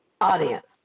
audience